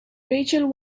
rachel